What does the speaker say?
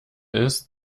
ist